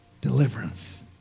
deliverance